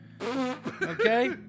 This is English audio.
Okay